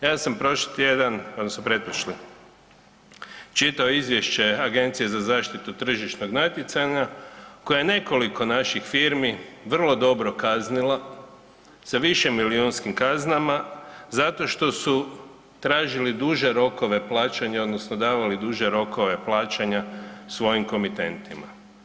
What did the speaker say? Ja sam prošli tjedan odnosno pretprošli čitao izvješće Agencije za zaštitu tržišnog natjecanja koja je nekoliko naših firmi vrlo dobro kaznila sa višemilijunskim kaznama zato što su tražili duže rokove plaćanja odnosno davali duže rokove plaćanja svojim komitentima.